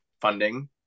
funding